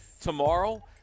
tomorrow